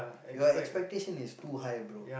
your expectation is too high bro